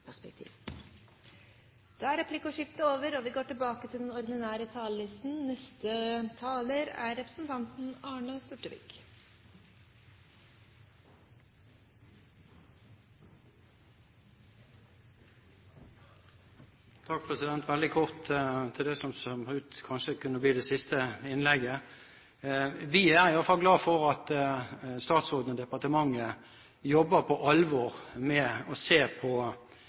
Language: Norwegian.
perspektiv. Da er replikkordskiftet over. Veldig kort – det som kanskje kan bli det siste innlegget. Vi er iallfall glad for at statsråden og departementet jobber på alvor med å se på